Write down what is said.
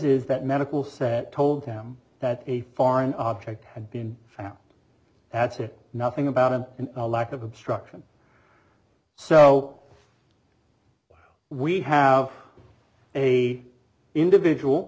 is that medical set told him that a foreign object had been found that's it nothing about him and a lack of obstruction so we have a individual